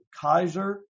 Kaiser